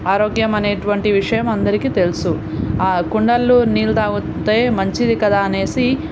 ఆరోగ్యం అనేటువంటి విషయం అందరికి తెలుసు ఆ కుండల్లో నీళ్ళు తాగితే మంచిది కదా అనేసి